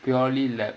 purely laboratory